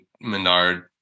Menard